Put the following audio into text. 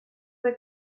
fue